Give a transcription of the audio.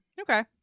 Okay